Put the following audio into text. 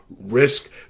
Risk